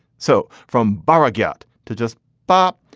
so from barra, get to just bop.